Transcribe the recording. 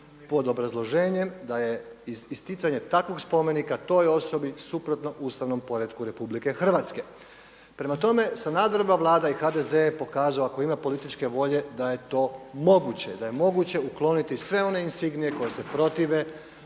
pod obrazloženjem da je isticanje takvog spomenika toj osobi suprotno ustavnom poretku RH. Prema tome, Sanaderova vlada i HDZ je pokazao ako ima političke volje da je to moguće, da je moguće ukloniti sve one insignije koje se protive